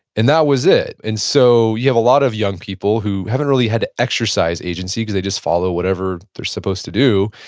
and that was it. and so you have a lot of young people who haven't really had to exercise agency because they just follow whatever they're supposed to do.